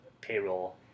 payroll